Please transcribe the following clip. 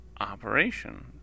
operation